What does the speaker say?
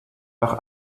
nach